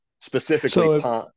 specifically